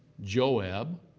Joab